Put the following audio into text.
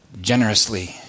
generously